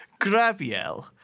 Grabiel